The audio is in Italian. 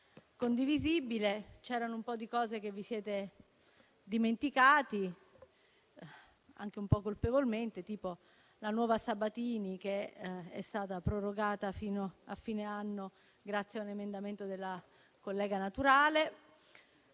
condivisibile. Un po' di cose ve le eravate dimenticate, anche un po' colpevolmente, tipo la nuova Sabatini, che è stata prorogata fino a fine anno grazie ad un emendamento della collega Naturale.